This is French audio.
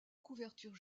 couverture